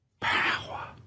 Power